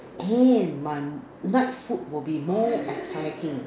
can my night food will be more exciting